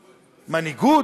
מנהיגות?